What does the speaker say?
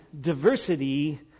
diversity